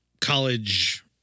college